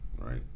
right